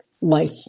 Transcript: life